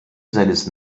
seines